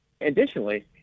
Additionally